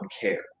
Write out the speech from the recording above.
care